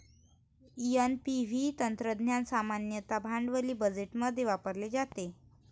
NPV तंत्रज्ञान सामान्यतः भांडवली बजेटमध्ये वापरले जाते